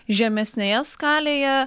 žemesnėje skalėje